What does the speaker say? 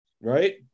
right